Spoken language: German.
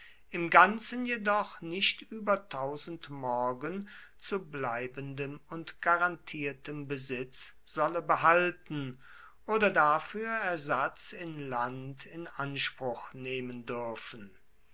im ganzen jedoch nicht über morgen zu bleibendem und garantiertem besitz solle behalten oder dafür ersatz in land in anspruch nehmen dürfen